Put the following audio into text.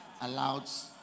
allows